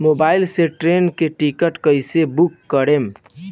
Mobile से train के ticket कैसे बूक करेम?